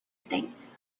states